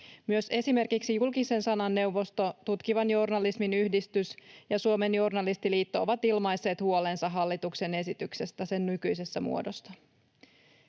Myös esimerkiksi Julkisen sanan neuvosto, Tutkivan journalismin yhdistys ja Suomen journalistiliitto ovat ilmaisseet huolensa hallituksen esityksestä sen nykyisessä muodossa.